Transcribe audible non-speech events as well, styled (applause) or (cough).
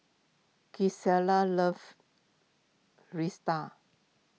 Gisselle loves (unintelligible)